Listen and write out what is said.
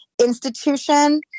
institution